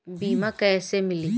बीमा कैसे मिली?